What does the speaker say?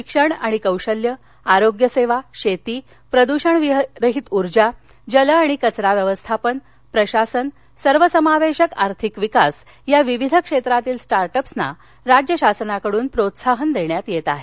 शिक्षण आणि कौशल्य आरोग्य सेवा शेती प्रद्षण विरहीत ऊर्जा जल आणि कचरा व्यवस्थापन प्रशासन सर्वसमावेशक आर्थिक विकास या विविध क्षेत्रातील स्टार्टअपना राज्य शासनाकडुन प्रोत्साहन देण्यात येत आहे